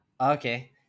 okay